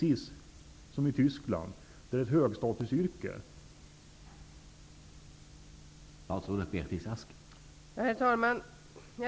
I Tyskland är det ett högstatusyrke att vara industriarbetare.